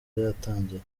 yatangira